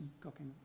cooking